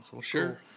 Sure